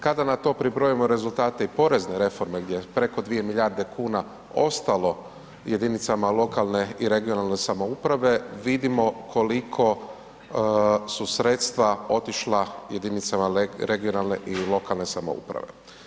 Kada na to pribrojimo rezultate i porezne reforme gdje je preko 2 milijarde kuna ostalo jedinicama lokalne i regionalne samouprave vidimo koliko su sredstva otišla jedinicama regionalne i lokalne samouprave.